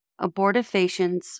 abortifacients